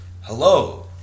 Hello